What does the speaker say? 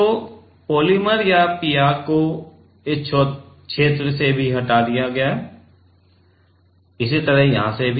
तो पॉलिमर या पीआर को इस क्षेत्र से भी हटा दिया गया है और इसी तरह यहां भी